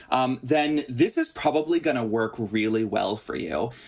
um then this is probably going to work really well for you.